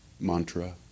mantra